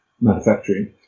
manufacturing